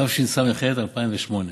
התשס"ח 2008,